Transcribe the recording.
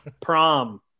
Prom